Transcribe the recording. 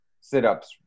sit-ups